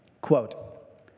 Quote